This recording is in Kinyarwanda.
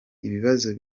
ibibazo